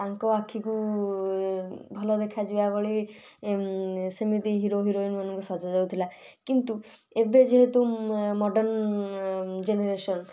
ତାଙ୍କ ଆଖିକୁ ଭଲ ଦେଖାଯିବା ଭଳି ସେମିତି ହିରୋ ହିରୋଇନମାନଙ୍କୁ ସଜାଯାଉଥିଲା କିନ୍ତୁ ଏବେ ଯେହେତୁ ମଡ଼ର୍ନ୍ ଜେନେରେସନ୍